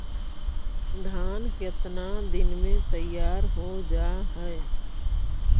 धान केतना दिन में तैयार हो जाय है?